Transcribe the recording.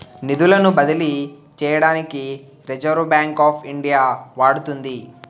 నిధులను బదిలీ చేయడానికి రిజర్వ్ బ్యాంక్ ఆఫ్ ఇండియా వాడుతుంది